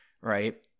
right